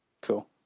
Cool